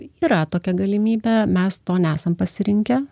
yra tokia galimybė mes to nesam pasirinkę